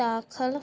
ਦਾਖਲ